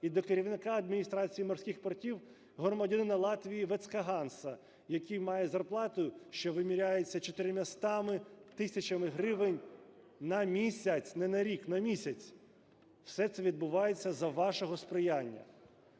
і до керівника Адміністрації морських портів громадянина ЛатвіїВецкаганса, який має зарплату, що виміряється 400 тисячами гривень на місяць, не на рік, на місяць. Все це відбувається за вашого сприяння.